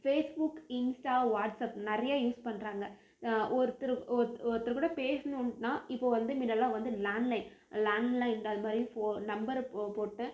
face book Insta WhatsApp நிறைய use பண்ணுறாங்க ஒருத்தர் ஒருத்தர் கூட பேசுணும்னால் இப்போது வந்து முன்னலாம் வந்து லான் லைன் லான் லைன் அது மாதிரி நம்பரை போட்டு